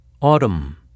Autumn